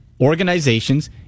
organizations